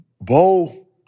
Bo